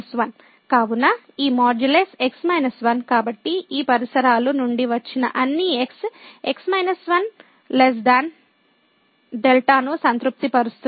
కావున ఈ modulus | x 1 | కాబట్టి ఈ పరిసరాల నుండి వచ్చిన అన్ని x | x 1 | δ ను సంతృప్తిపరుస్తుంది